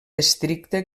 estricte